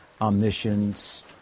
omniscience